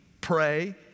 pray